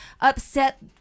upset